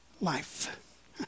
life